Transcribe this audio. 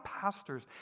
pastors